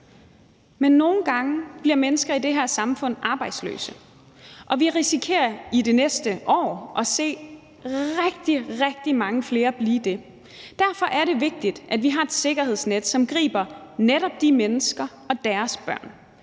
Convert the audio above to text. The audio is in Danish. Men nogle gange bliver mennesker i det her samfund arbejdsløse, og vi risikerer i det næste år at se rigtig, rigtig mange flere blive det. Derfor er det vigtigt, at vi har et sikkerhedsnet, som griber netop de mennesker og deres børn.